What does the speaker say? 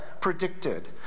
predicted